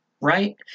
right